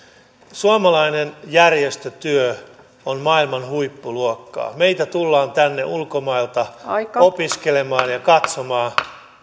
suomalainen järjestötyö on maailman huippuluokkaa meille tullaan tänne ulkomailta opiskelemaan ja katsomaan